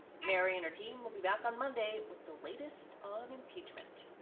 mary and her team will be back on monday with the latest on impeachment.